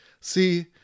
See